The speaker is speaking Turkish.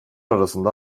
arasında